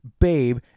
Babe